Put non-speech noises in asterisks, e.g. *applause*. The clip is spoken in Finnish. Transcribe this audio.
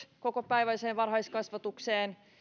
*unintelligible* kokopäiväiseen varhaiskasvatukseen